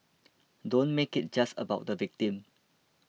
don't make it just about the victim